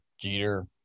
Jeter